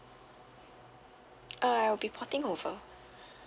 uh I'll be porting over